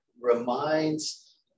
reminds